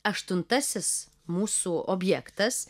aštuntasis mūsų objektas